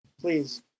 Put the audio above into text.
Please